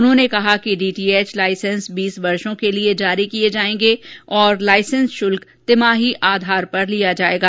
उन्होंने कहा कि डीटीएच लाइसेंस बीस वर्षो के लिए जारी किए जायेंगे और लाइसेंस शुल्क तिमाही आधार पर लिया जाएगा